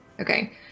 Okay